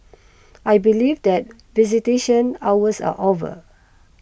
I believe that visitation hours are over